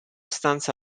stanza